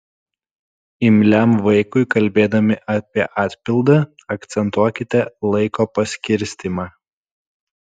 imliam vaikui kalbėdami apie atpildą akcentuokite laiko paskirstymą